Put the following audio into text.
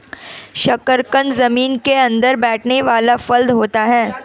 शकरकंद जमीन के अंदर बैठने वाला फल होता है